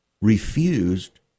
refused